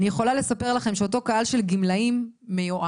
אני יכולה לספר לכם שאותו קהל של גמלאים מיואש,